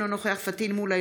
אינו נוכח פטין מולא,